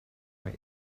mae